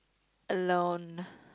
alone